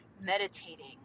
meditating